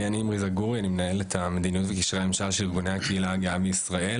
אני אמרי זגורי אני מנהל את קשרי הממשל של ארגוני הקהילה הגאה בישראל,